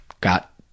got